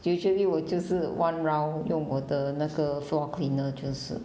usually 我就是 one round 用我的那个 floor cleaner 就是